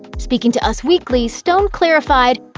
speaking to us weekly, stone clarified,